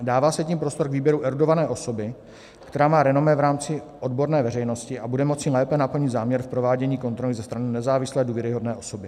Dává se tím prostor k výběru erudované osoby, která má renomé v rámci odborné veřejnosti a bude moci lépe naplnit záměr v provádění kontroly ze strany nezávislé důvěryhodné osoby.